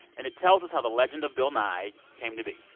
and it tells us how the legend of bill nye came to be.